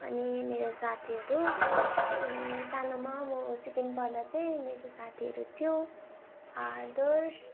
अनि मेरा साथीहरू सानोमा म सिक्किम पढ्दा चाहिँ मेरो साथीहरू थियो आदर्श